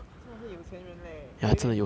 他真的是有钱人 leh 我有一点